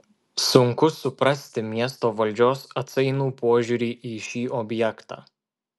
sunku suprasti miesto valdžios atsainų požiūrį į šį objektą